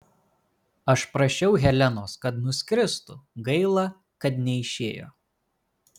aš prašiau helenos kad nuskristų gaila kad neišėjo